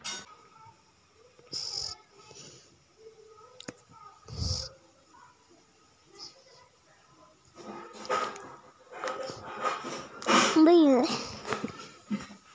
Online अर्ज भरण्याची पद्धत काय आहे?